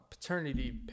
paternity